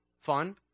fun